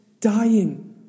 dying